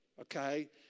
okay